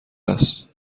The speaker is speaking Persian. است